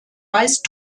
meist